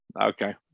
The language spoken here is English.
Okay